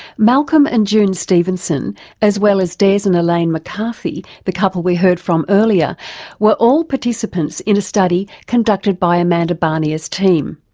malcolm and june stevenson as well as des and elaine mccarthy the couple we heard from earlier were all participants in a study conducted by amanda barnier's team.